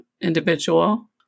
individual